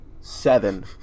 seven